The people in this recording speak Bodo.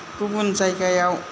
गुबुन जायगायाव